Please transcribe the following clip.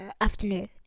afternoon